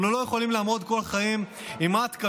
אנחנו לא יכולים לעמוד כל חיים עם מטקה